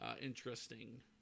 interesting